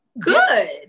good